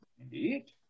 Indeed